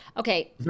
Okay